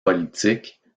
politique